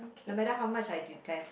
no matter how much detest